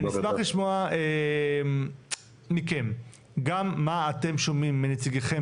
נשמח לשמוע מכם גם מה אתם שומעים מנציגיכם